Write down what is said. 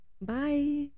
Bye